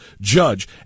judge